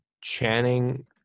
Channing